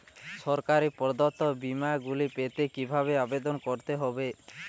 সরকার প্রদত্ত বিমা গুলি পেতে কিভাবে আবেদন করতে হবে?